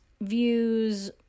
views